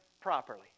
properly